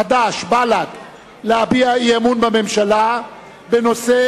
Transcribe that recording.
חד"ש ובל"ד להביע אי-אמון בממשלה בנושא: